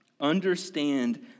Understand